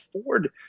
afford